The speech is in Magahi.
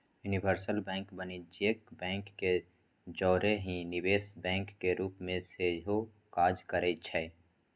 यूनिवर्सल बैंक वाणिज्यिक बैंक के जौरही निवेश बैंक के रूप में सेहो काज करइ छै